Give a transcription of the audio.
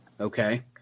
okay